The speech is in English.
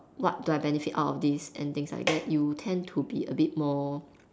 what do I benefit out of this and things like that you tend to be a bit more